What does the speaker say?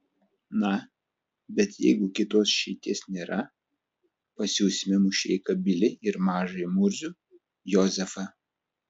na bet jeigu kitos išeities nėra pasiųsime mušeiką bilį ir mažąjį murzių jozefą